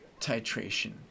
titration